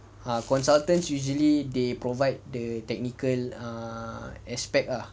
ah consultants usually they provide the technical err aspect ah